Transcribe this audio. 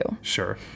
Sure